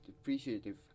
appreciative